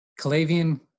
Kalavian